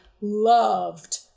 loved